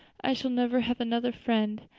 i shall never have another friend.